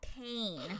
pain